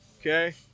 okay